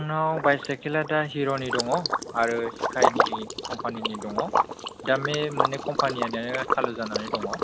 आंनाव बायसाइकेला हिर'नि दङ आरो स्काइनि कम्पानिनि दङ दानि मोननै कम्पानियानो सालु जानानै दङ